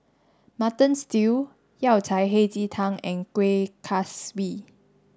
mutton stew Yao Cai Hei Ji Tang and Kueh Kaswi